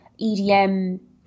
EDM